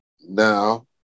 now